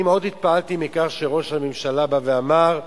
אני התפעלתי מאוד מכך שראש הממשלה בא ואמר: